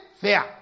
fair